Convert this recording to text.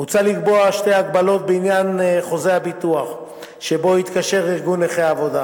מוצע לקבוע שתי הגבלות בעניין חוזה הביטוח שבו יתקשר ארגון נכי העבודה: